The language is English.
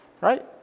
Right